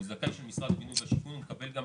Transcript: הוא זכאי שמשרד הבינוי והשיכון יקבל גם